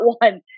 one